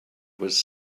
was